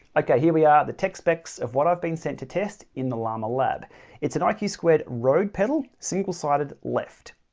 okay, here we are the tech specs of what i've been sent to test in the lama lab it's an like iq squared road pedal. single sided left.